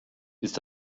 ist